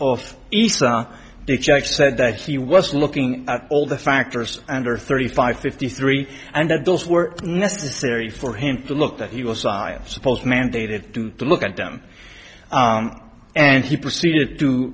isa the judge said that he was looking at all the factors under thirty five fifty three and that those were necessary for him to look that he was science supposed mandated to look at them and he proceeded to